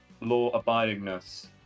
Law-abidingness